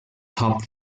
top